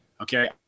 okay